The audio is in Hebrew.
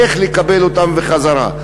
איך לקבל אותם בחזרה.